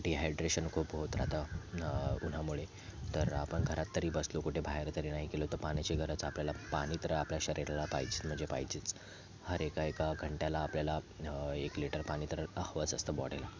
dehydration खूप होत राहतं उन्हामुळे तर आपण घरात तरी बसलो कुठे बाहेर तरी नाही गेलो तर पाण्याची गरज आपल्याला पाणी तर आपल्या शरीराला पाहिजे म्हणजे पाहिजेच हर एका एका घंट्याला आपल्याला एक लिटर पाणी तर हवंच असतं बॉडीला